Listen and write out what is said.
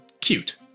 cute